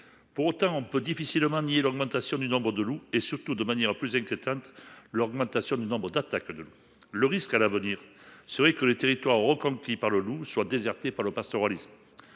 Pour autant, on peut difficilement nier l’augmentation du nombre de loups et surtout, de manière plus inquiétante, l’augmentation du nombre d’attaques. Le risque à l’avenir serait que les territoires reconquis par le loup soient désertés par le pastoralisme.